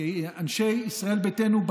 כאנשי ישראל ביתנו,